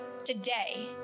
today